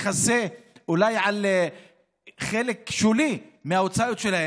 מכסה אולי חלק שולי מההוצאות שלהם.